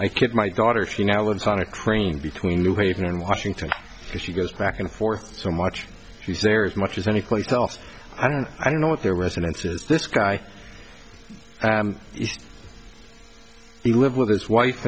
kid my daughter she now lives on a crane between new haven and washington if she goes back and forth so much she's there as much as any place else i don't i don't know what their residences this guy he live with his wife